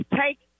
take